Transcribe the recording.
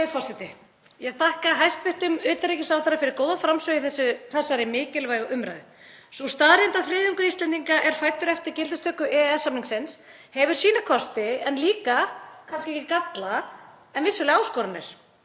Ég þakka hæstv. utanríkisráðherra fyrir góða framsögu í þessari mikilvægu umræðu. Sú staðreynd að þriðjungur Íslendinga er fæddur eftir gildistöku EES-samningsins hefur sína kosti en líka, kannski ekki galla en vissulega áskoranir,